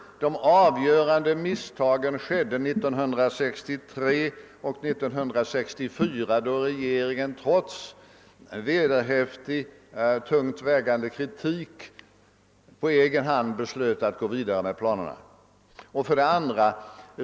De avgörande misstagen begicks 1963 och 1964, då regeringen trots vederhäftig, tungt vägande kritik på egen hand beslöt gå vidare med planerna. 2.